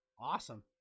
Awesome